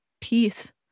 peace